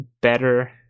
better